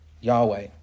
Yahweh